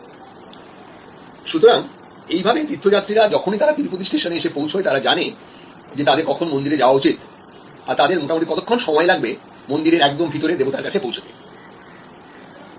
সুতরাং এইভাবে তীর্থযাত্রীরা যখনই তারা তিরুপতি স্টেশনে এসে পৌঁছয় তারা জানে যে তাদের কখন মন্দিরে যাওয়া উচিত আর তাদের মোটামুটি কতক্ষণ সময় লাগবে মন্দিরের একদম ভিতরে দেবতার কাছে পৌঁছতে